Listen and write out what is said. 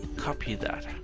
copy that.